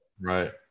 right